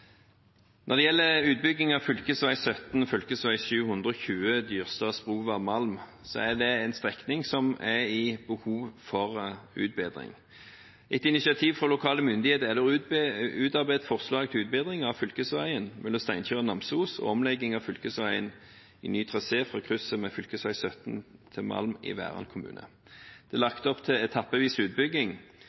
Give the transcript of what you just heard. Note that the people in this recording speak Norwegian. Når det gjelder utbygging av fv. 17/fv. 720 Dyrstad–Sprova–Malm, er det en strekning der det er behov for utbedring. Etter initiativ fra lokale myndigheter er det utarbeidet forslag til utbedring av fylkesveien mellom Steinkjer og Namsos og omlegging av fylkesveien i ny trasé fra krysset med fv. 17 til Malm i Verran kommune. Det er lagt opp til etappevis utbygging